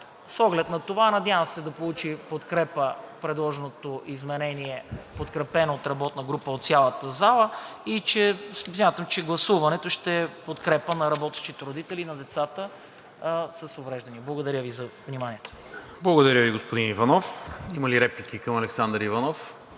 С оглед на това надявам се да получи подкрепа предложеното изменение, подкрепено от работната група, от цялата зала и смятам, че гласуването ще е в подкрепа на работещите родители и на децата с увреждания. Благодаря Ви за вниманието. ПРЕДСЕДАТЕЛ НИКОЛА МИНЧЕВ: Благодаря Ви, господин Иванов. Има ли реплики към Александър Иванов?